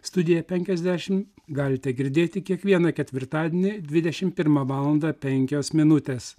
studiją penkiasdešim galite girdėti kiekvieną ketvirtadienį dvidešim pirmą valandą penkios minutės